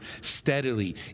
steadily